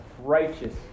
righteous